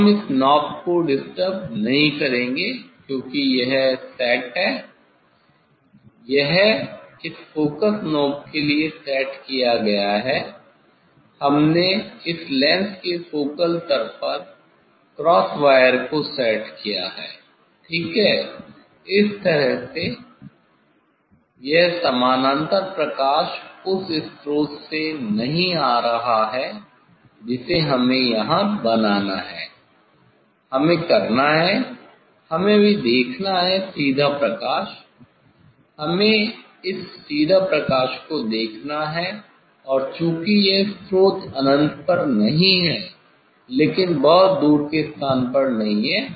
अब हम इस नॉब को डिस्टर्ब नहीं करेंगे क्योंकि यह सेट है यह इस फ़ोकस नॉब के लिए सेट किया गया है हमने इस लेंस के फोकल तल पर क्रॉस वायर को सेट किया है ठीक है इस तरह से यह समानांतर प्रकाश उस स्रोत से नहीं आ रहा है जिसे हमें यहाँ बनाना है हमें करना है हमें इसे अभी देखना है सीधा प्रकाश हमें इस सीधा प्रकाश को देखना है और चूंकि यह स्रोत अनंत पर नहीं है लेकिन बहुत दूर के स्थान पर नहीं है